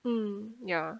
mm ya